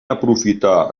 aprofitar